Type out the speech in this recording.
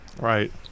right